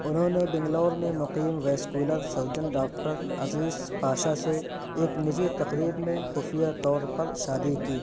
انہوں نے بنگلور میں مقیم vascular surgeon doctor Aziz Pasha سے ایک نجی تقریب میں خفیہ طور پر شادی کی